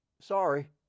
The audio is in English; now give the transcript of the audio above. Sorry